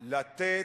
לתת,